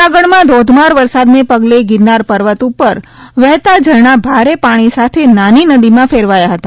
જૂનાગઢમાં ઘોઘમાર વરસાદને પગલે ગિરનાર પર્વત ઉપર વહેતા ઝરણાં ભારે પાણી સાથે નાની નદીમાં ફેરવાયા હતા